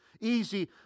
easy